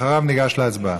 אחריו ניגש להצבעה.